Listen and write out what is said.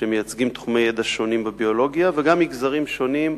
שמייצגים תחומי ידע שונים בביולוגיה וגם מגזרים שונים,